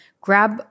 grab –